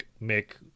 make